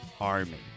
Army